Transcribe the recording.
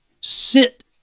sit